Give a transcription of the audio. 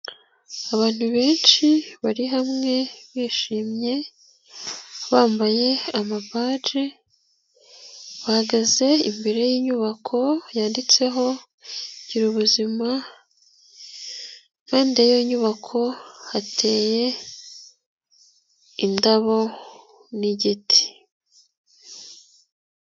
Abantu benshi bari hamwe bishimye, bambaye amabaje, bahagaze imbere y'inyubako yanditseho gira ubuzima, impande y'iyo nyubako hateye indabo n'igiti.